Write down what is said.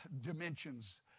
dimensions